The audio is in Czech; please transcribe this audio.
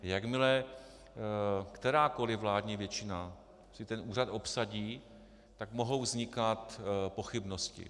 Jakmile kterákoli vládní většina ten úřad obsadí, tak mohou vznikat pochybnosti.